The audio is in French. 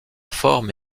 forme